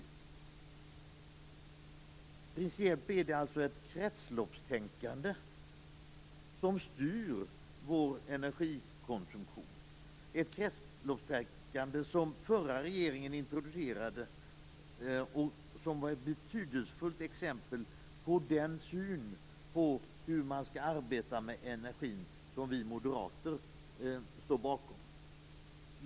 Principiellt är det alltså ett kretsloppstänkande som styr vår energikonsumtion, ett kretsloppstänkande som den förra regeringen introducerade och som är ett betydelsefullt exempel på synen hur man skall arbeta med energin, vilken vi moderater står bakom.